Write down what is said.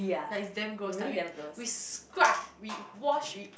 like it's damn gross like we we scrub we wash we